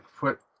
put